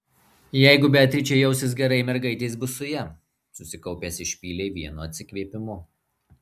jeigu beatričė jausis gerai mergaitės bus su ja susikaupęs išpylė vienu atsikvėpimu